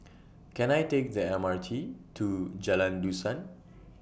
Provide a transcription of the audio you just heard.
Can I Take The M R T to Jalan Dusan